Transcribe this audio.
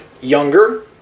younger